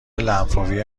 لنفاوی